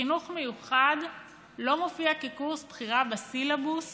חינוך מיוחד לא מופיע כקורס בחירה בסילבוס